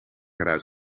eruit